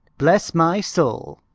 bless my soul,